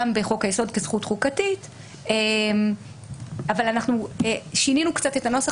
בחוק היסוד כזכות חוקתית אבל אנחנו שינינו קצת את הנוסח